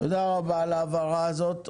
תודה רבה על ההבהרה הזאת.